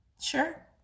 Sure